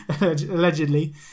Allegedly